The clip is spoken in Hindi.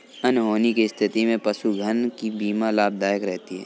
अनहोनी की स्थिति में पशुधन की बीमा लाभदायक रहती है